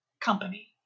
company